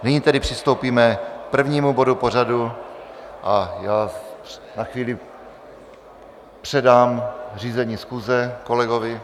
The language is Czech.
Nyní tedy přistoupíme k prvnímu bodu pořadu a já na chvíli předám řízení schůze kolegovi.